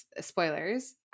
spoilers